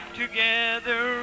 together